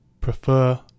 prefer